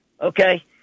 Okay